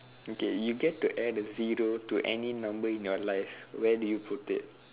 okay you get to add a zero to any number in your life where do you put it